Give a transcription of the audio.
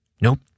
Nope